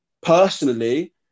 Personally